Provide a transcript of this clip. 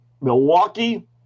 Milwaukee